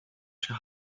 sie